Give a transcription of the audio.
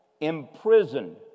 imprisoned